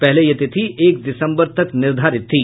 पहले यह तिथि एक दिसम्बर तक निर्धारित थी